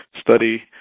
study